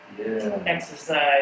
exercise